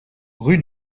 rue